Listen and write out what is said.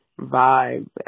vibe